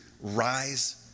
rise